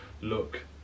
look